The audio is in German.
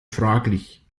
fraglich